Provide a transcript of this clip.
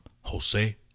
Jose